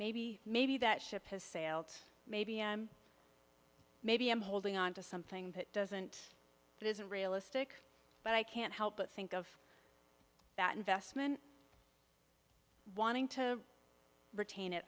maybe maybe that ship has sailed maybe i'm maybe i'm holding on to something that doesn't that isn't realistic but i can't help but think of that investment wanting to retain it